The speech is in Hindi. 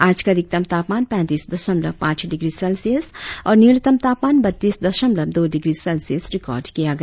आज का अधिकतम तापमान पैतीस दशमलव पांच डिग्री सेल्सियस और न्यूनतम तापमान बत्तीस दशमलव दौ डिग्री सेल्सियस रिकार्ड किया गया